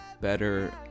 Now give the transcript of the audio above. better